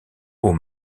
aux